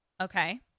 Okay